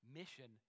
mission